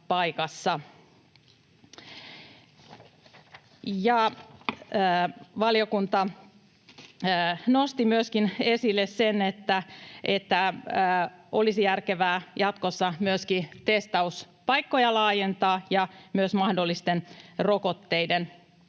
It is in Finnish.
Valiokunta nosti esille myöskin sen, että olisi järkevää jatkossa myöskin testauspaikkoja laajentaa ja mahdollisten rokotteiden